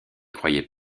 croyais